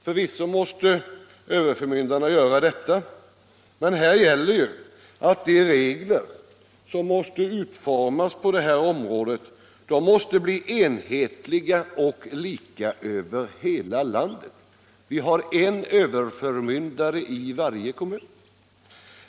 Förvisso måste överförmyndarna göra detta, men här gäller ju att de regler som måste utformas på området måste bli enhetliga och lika över hela landet. Vi har en överförmyndare i varje kommun.